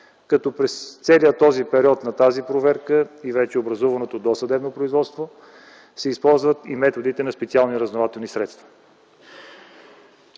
като през целия период на тази проверка и вече образуваното досъдебно производство се използват и методите на специални разузнавателни средства.